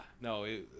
No